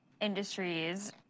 industries